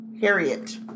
Harriet